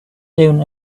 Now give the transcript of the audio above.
soon